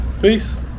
peace